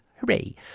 Hooray